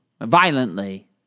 violently